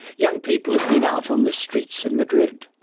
young people have been out on the streets of madrid.